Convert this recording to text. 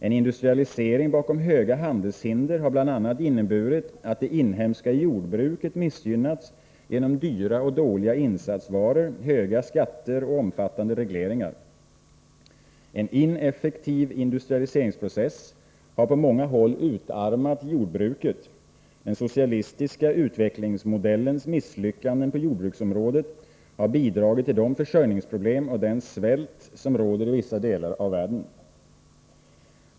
En industrialisering bakom höga handelshinder har bl.a. inneburit att det inhemska jordbruket missgynnats genom dyra och dåliga insatsvaror, höga skatter och omfattande regleringar. En ineffektiv industrialiseringsprocess har på många håll utarmat jordbruket. Den socialistiska utvecklingsmodellens misslyckanden på jordbruksområdet har bidragit till de försörjningsproblem och den svält som råder i vissa delar av världen.